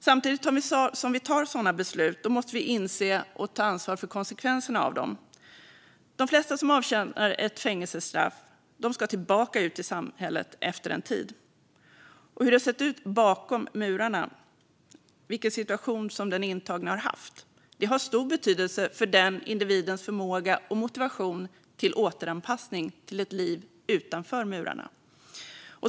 Samtidigt som vi tar sådana beslut måste vi inse och ta ansvar för konsekvenserna av dem. De flesta som avtjänar ett fängelsestraff ska tillbaka ut i samhället efter en tid. Hur det har sett ut bakom murarna - vilken situation den intagna har haft - har stor betydelse för individens förmåga och motivation till återanpassning till ett liv utanför murarna.